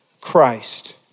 Christ